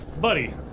Buddy